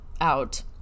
out